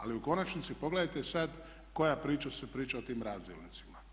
Ali u konačnici pogledajte sad koja priča se priča o tim razdjelnicima.